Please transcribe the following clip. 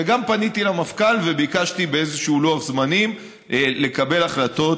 וגם פניתי למפכ"ל וביקשתי באיזשהו לוח זמנים לקבל החלטות